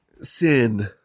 sin